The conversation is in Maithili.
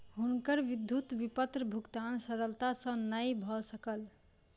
हुनकर विद्युत विपत्र भुगतान सरलता सॅ नै भ सकल